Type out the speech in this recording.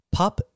pop